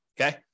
Okay